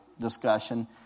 discussion